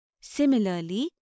similarly